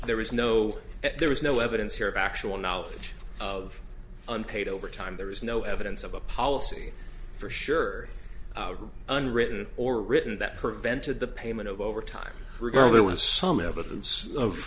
there was no there was no evidence here of actual knowledge of unpaid overtime there is no evidence of a policy for sure unwritten or written that prevented the payment of overtime were going there was some evidence of